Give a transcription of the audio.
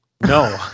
No